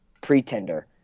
pretender –